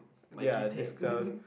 there are discount